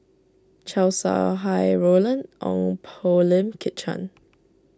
Chow Sau Hai Roland Ong Poh Lim Kit Chan